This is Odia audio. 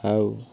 ଆଉ